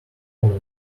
over